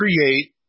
create